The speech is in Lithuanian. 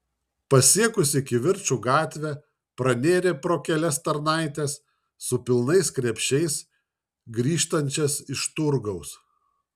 pasiekusi kivirčų gatvę pranėrė pro kelias tarnaites su pilnais krepšiais grįžtančias iš turgaus